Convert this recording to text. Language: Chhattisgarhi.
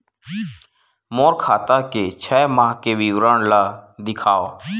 मोर खाता के छः माह के विवरण ल दिखाव?